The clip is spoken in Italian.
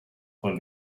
col